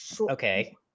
Okay